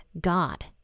God